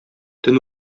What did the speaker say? төн